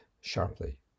sharply